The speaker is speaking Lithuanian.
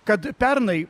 kad pernai